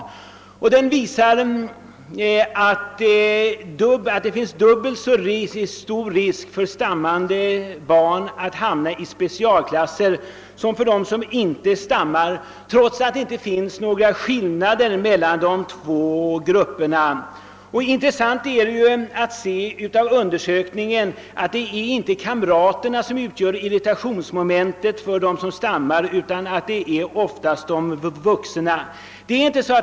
Denna undersökning visar att det föreligger dubbelt så stor risk för stammare att hamna i specialklasser som för dem vilka inte stammar, trots att det inte finns någon skillnad i intelligens mellan de två grupperna. Intressant är att samma undersökning visat att det inte är kamraterna som utgör irritationsmoment för dem som stammar utan att det oftast är de vuxna.